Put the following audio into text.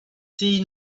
see